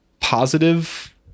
positive